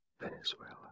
Venezuela